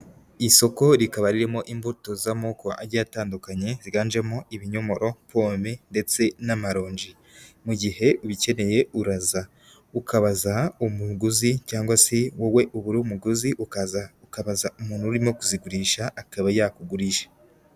Isoko rikaba ririmo imbuto z'amoko ajya atandukanye, ziganjemo ibinyomoro, pome ndetse n'amaronji. Mu gihe ubikeneye, uraza ukabaza umuguzi cyangwa se wowe uba uri umuguzi, ukaza ukabaza umuntu urimo kuzigurisha, akaba yakugurisha.